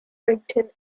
brighton